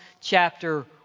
chapter